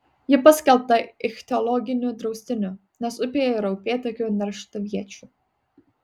ji paskelbta ichtiologiniu draustiniu nes upėje yra upėtakių nerštaviečių